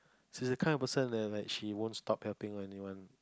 she's the kind of person that like she won't stop helping anyone